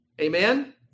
Amen